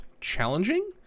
challenging